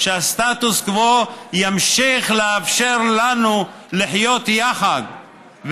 שהסטטוס קוו ימשיך לאפשר לנו לחיות יחד,